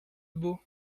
beau